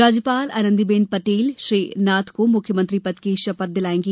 राज्यपाल आनंदीबेन पटेल श्री नाथ को मुख्यमंत्री पद की शपथ दिलाईगी